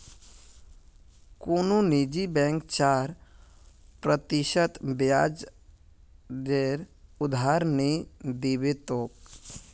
कुनु निजी बैंक चार प्रतिशत ब्याजेर उधार नि दीबे तोक